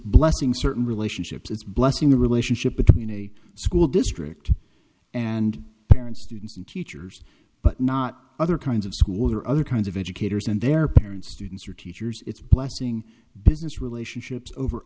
blessing certain relationships it's blessing the relationship between a school district and parents students and teachers but not other kinds of school or other kinds of educators and their parents students or teachers it's blessing elation ships over